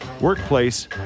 workplace